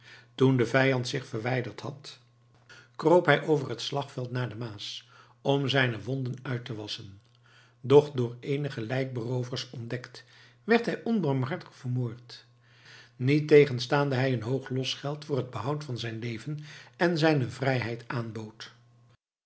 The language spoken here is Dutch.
toen de vijand zich verwijderd had kroop hij over het slagveld naar de maas om zijne wonden uit te wasschen doch door eenige lijkberoovers ontdekt werd hij onbarmhartig vermoord niettegenstaande hij een hoog losgeld voor het behoud van zijn leven en zijne vrijheid aanbood